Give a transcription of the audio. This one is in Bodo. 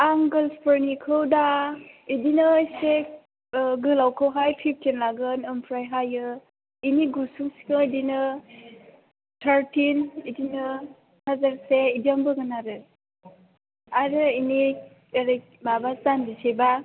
आं गार्ल्सफोरनिखौ दा बिदिनो एसे गोलावखौहाय फिपथिन लागोन ओमफ्रायहायो बेनि गुसुंसिनखौ बिदिनो थारथिन बिदिनो हाजारसे बिदियावनो बोगोन आरो आरो बेनि ओरै माबा जानजिसेबा